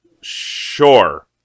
sure